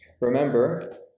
Remember